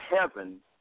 heaven